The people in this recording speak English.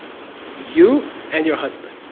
you and your husband.